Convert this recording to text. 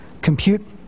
compute